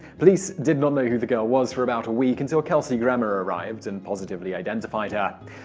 police did not know who the girl was for about a week until kelsey grammer arrived and positively identify her.